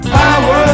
power